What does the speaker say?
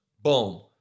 Boom